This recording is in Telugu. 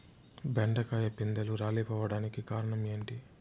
బెండకాయ పిందెలు రాలిపోవడానికి కారణం ఏంటి?